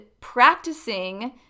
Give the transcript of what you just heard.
practicing